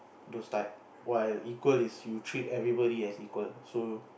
those type while equal is you treat everybody as equal so